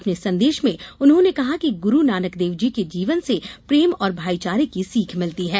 अपने संदेश में उन्होंने कहा है कि गुरू नानकदेवजी के जीवन से प्रेम और भाईचारे की सीख मिलती है